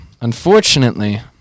unfortunately